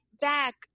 back